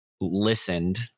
listened